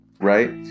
right